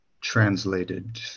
translated